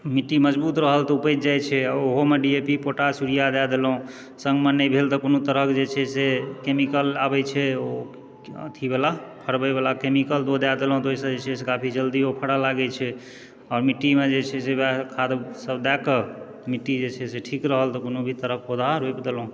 मिट्टी मजबूत रहल तऽ ओ उपजि जाइत छै ओहोमे D A P potash urea दए देलहुँ सङ्गमे नहि भेल तऽ कोनो तरहके जे छै से केमिकल आबए छै ओ अथी वाला फरबए वला केमिकल ओ दए देलहुँ तऽ ओहिसँ जे छै से काफी जल्दी ओ फड़ऽ लागै छै आ मिट्टीमे जे छै से ओएह खाद्य सब दए कऽ मिट्टी जे छै से ठीक रहल तऽ कोनो भी तरहक पौधा रोपि देलहुँ